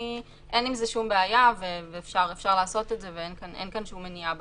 אין עם זה שום בעיה ואפשר לעשות את זה ואין כאן שום מניעה בתקנות.